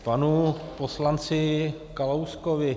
K panu poslanci Kalouskovi.